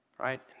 right